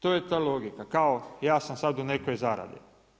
To je ta logika, kao ja sam sad u nekoj zaradi.